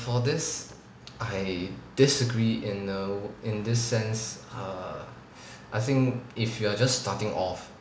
for this I disagree in err in this sense uh I think if you are just starting off